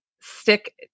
stick